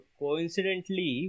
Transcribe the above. coincidentally